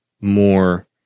more